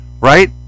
Right